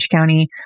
County